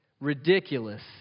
Ridiculous